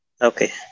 Okay